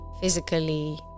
physically